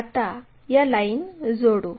आता या लाईन जोडू